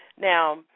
Now